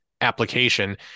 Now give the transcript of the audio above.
application